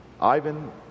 Ivan